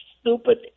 stupid